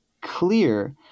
clear